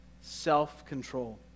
Self-control